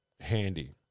handy